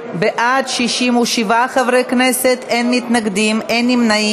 בעד, 67 חברי כנסת, אין מתנגדים, אין נמנעים.